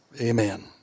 amen